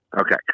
Okay